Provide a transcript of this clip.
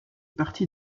partie